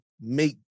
make